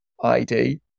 ID